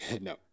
No